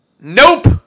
nope